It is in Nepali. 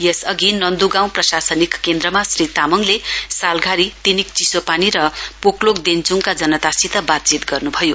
यस अधि नन्द् गाउँ प्रशासनिक केन्द्रमा श्री तामङले सालघारी तिनिक चिसोपानी र पोक्लोक देन्च्डका जनतासित बातचीत गर्नुभयो